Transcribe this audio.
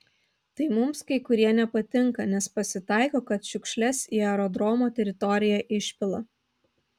tai mums kai kurie nepatinka nes pasitaiko kad šiukšles į aerodromo teritoriją išpila